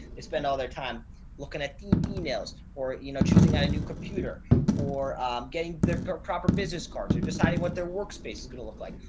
they spend all their time looking at the emails or you know, choosing a new computer or i'm getting the proper business cards. you're deciding what their workspace is going to look like.